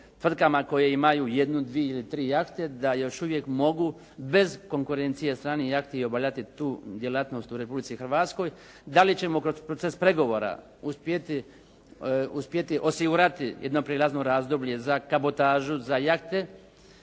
koje imaju jednu, dvije ili jahte da još uvijek mogu bez konkurencije stranih jahti obavljati tu djelatnost u Republici Hrvatskoj. Da li ćemo kroz proces pregovora uspjeti osigurati jedno prijelazno razdoblje za kabotažu za jahte